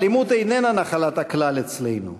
האלימות איננה נחלת הכלל אצלנו.